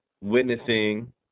witnessing